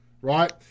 right